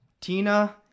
Tina